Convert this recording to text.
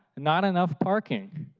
not enough parking.